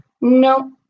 No